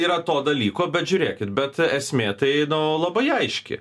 yra to dalyko bet žiūrėkit bet esmė tai nu labai aiški